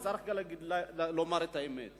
וגם צריך לומר את האמת,